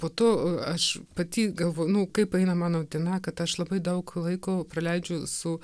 po to aš pati galvoju nu kaip eina mano diena kad aš labai daug laiko praleidžiu su